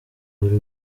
buri